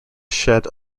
shed